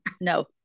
No